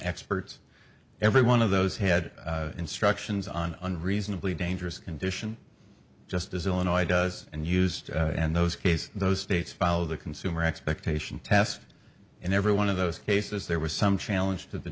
experts every one of those head instructions on an reasonably dangerous condition just as illinois does and used in those cases those states follow the consumer expectation test in every one of those cases there was some challenge to the